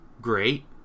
great